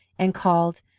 and called,